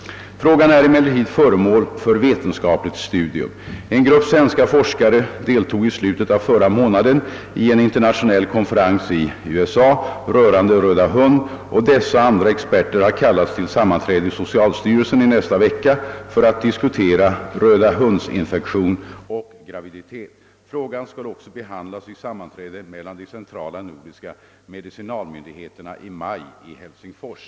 Frågan är emellertid föremål för vetenskapligt studium. En grupp svenska forskare deltog i slutet av förra månaden i en internationell konferens i USA rörande röda hund, och dessa och andra experter har kallats till sammanträde i socialstyrelsen i nästa vecka för att diskutera röda hundsinfektion och graviditet. Frågan skall också behandlas vid sammanträde mellan de centrala nordiska medicinalmyndigheterna i maj i Helsingfors.